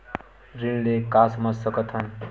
ऋण ले का समझ सकत हन?